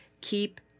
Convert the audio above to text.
keep